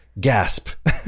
gasp